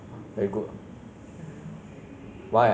oh 我这个 case 是我表姐送的